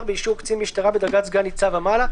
באישור קצין משטרה בדרגת סגן ניצב ומעלה,